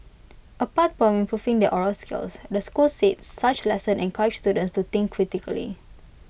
apart from improving their oral skills the school said such lesson encourage students to think critically